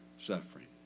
suffering